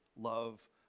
love